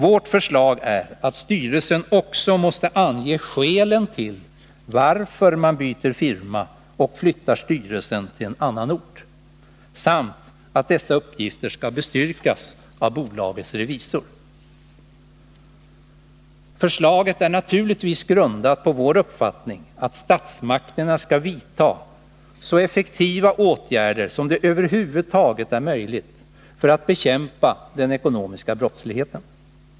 Vårt förslag är att styrelsen också måste ange skälen till att man byter firma och flyttar styrelsen till en annan ort samt att dessa uppgifter skall bestyrkas av bolagets revisor. Förslaget är naturligtvis grundat på vår uppfattning att statsmakterna skall vidta så effektiva åtgärder som över huvud taget är möjligt för att bekämpa den ekonomiska brottsligheten.